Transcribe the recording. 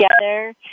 together